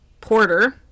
porter